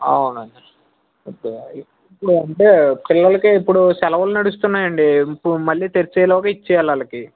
అవునండి అయితే ఇప్పుడు అంటే పిల్లలకి ఇప్పుడు సెలవలు నడుస్తున్నాయి అండి ఇప్పుడు మళ్ళీ తెరిచేలోగా ఇచ్చేయాలి వాళ్ళకి